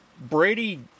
Brady